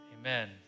amen